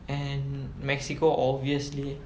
and mexico obviously